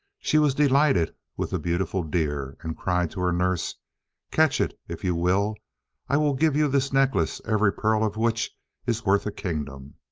she was delighted with the beautiful deer, and cried to her nurse catch it! if you will i will give you this necklace, every pearl of which is worth a kingdom